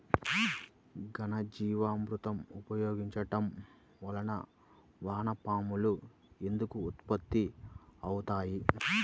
ఘనజీవామృతం ఉపయోగించటం వలన వాన పాములు ఎందుకు ఉత్పత్తి అవుతాయి?